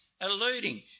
alluding